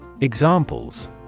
Examples